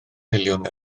miliwn